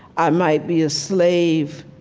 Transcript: i might be a slave,